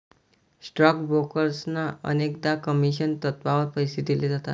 stock ब्रोकर्सना अनेकदा commission तत्त्वावर पैसे दिले जातात